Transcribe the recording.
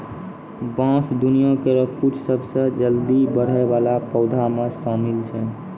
बांस दुनिया केरो कुछ सबसें जल्दी बढ़ै वाला पौधा म शामिल छै